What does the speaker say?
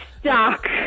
stuck